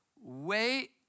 wait